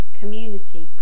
community